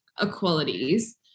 equalities